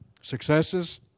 successes